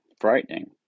Frightening